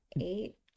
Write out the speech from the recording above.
eight